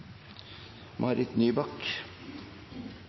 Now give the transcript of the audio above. Marit Nybakk,